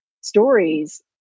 stories